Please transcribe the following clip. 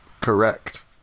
Correct